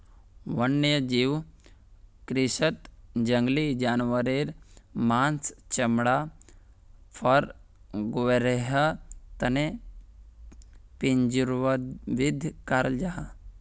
वन्यजीव कृषीत जंगली जानवारेर माँस, चमड़ा, फर वागैरहर तने पिंजरबद्ध कराल जाहा